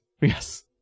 Yes